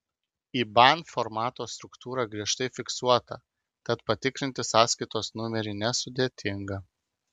iban formato struktūra griežtai fiksuota tad patikrinti sąskaitos numerį nesudėtinga